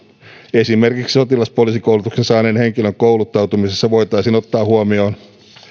esimerkiksi sotilaspoliisikoulutuksen saaneen henkilön kouluttautumisessa voitaisiin ottaa huomioon